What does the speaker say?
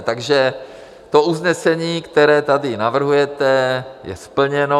Takže to usnesení, které tady navrhujete, je splněno.